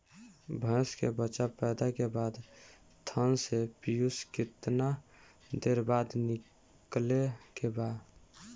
भैंस के बच्चा पैदा के बाद थन से पियूष कितना देर बाद निकले के बा?